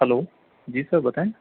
hello ji sir بتائیں